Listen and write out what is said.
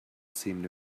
seemed